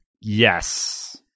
Yes